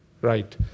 right